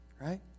right